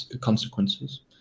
consequences